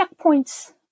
checkpoints